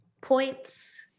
points